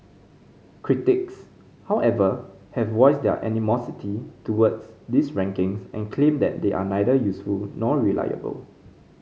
critics however have voiced their animosity toward these rankings and claim that they are neither useful nor reliable